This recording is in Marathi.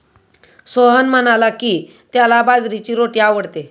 सोहन म्हणाला की, त्याला बाजरीची रोटी आवडते